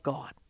God